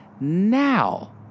now